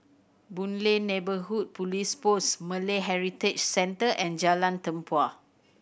Boon Lay Neighbourhood Police Post Malay Heritage Centre and Jalan Tempua